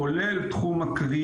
כולל תחום החציבה,